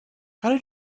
how